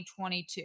2022